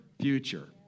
future